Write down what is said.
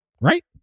Right